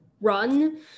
run